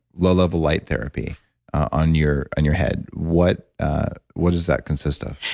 low-level light therapy on your and your head. what ah what does that consist of?